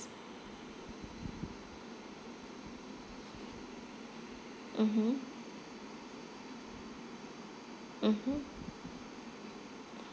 mmhmm mmhmm